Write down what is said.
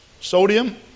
sodium